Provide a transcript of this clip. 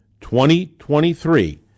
2023